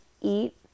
eat